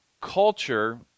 culture